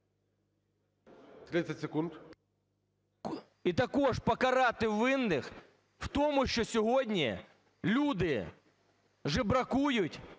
С.В. ...і також покарати винних в тому, що сьогодні люди жебракують,